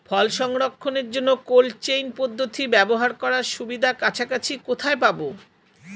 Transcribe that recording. ফল সংরক্ষণের জন্য cold chain পদ্ধতি ব্যবহার করার সুবিধা কাছাকাছি কোথায় পাবো?